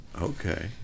Okay